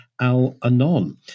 Al-Anon